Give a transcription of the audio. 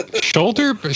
shoulder